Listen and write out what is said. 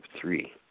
three